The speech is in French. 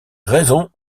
raison